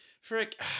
frick